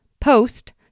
post